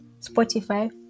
spotify